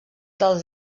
del